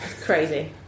crazy